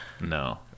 No